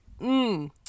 mmm